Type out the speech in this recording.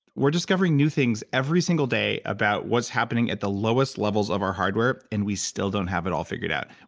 we're discovering new things every single day about what's happening at the lowest levels of our hardware and we still don't have it all figured out.